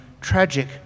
tragic